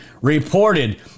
reported